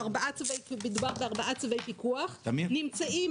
מדובר בארבעה צווי פיקוח נמצאים